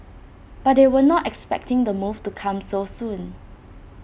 but they were not expecting the move to come so soon